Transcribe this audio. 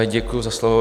Děkuji za slovo.